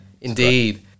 Indeed